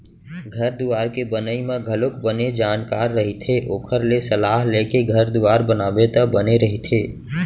घर दुवार के बनई म घलोक बने जानकार रहिथे ओखर ले सलाह लेके घर दुवार बनाबे त बने रहिथे